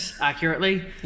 accurately